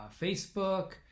Facebook